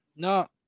No